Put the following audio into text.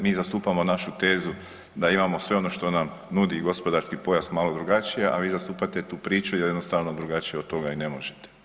Mi zastupamo našu tezu da imamo sve ono što nam nudi gospodarski pojas malo drugačije, a vi zastupate tu priču jer jednostavno, drugačije od toga i ne možete.